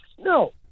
No